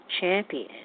champion